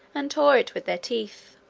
and tore it with their teeth.